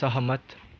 सहमत